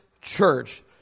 church